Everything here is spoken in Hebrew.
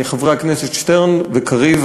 חברי הכנסת שטרן וקריב,